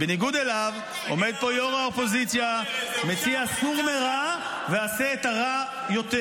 בניגוד אליו עומד פה ראש האופוזיציה ומציע: סור מרע ועשה את הרע יותר.